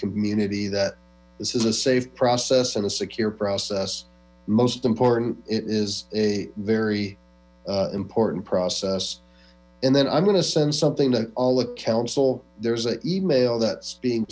community that this is a safe process and a secure process most important it is a very important process and then i'm going to send something to all the council there is a email that's being